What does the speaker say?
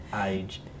age